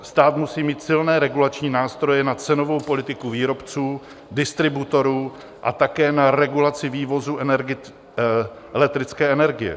Stát musí mít silné regulační nástroje na cenovou politiku výrobců, distributorů a také na regulaci vývozu elektrické energie.